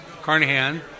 Carnahan